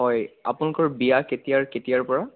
হয় আপোনালোকৰ বিয়া কেতিয়াৰ কেতিয়াৰ পৰা